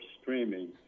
streaming